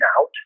out